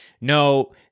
no